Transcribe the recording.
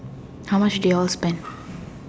how much did you all spend